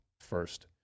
first